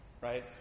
right